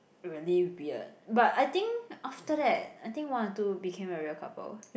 really weird but I think after that I think one or two became a real couple